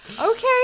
Okay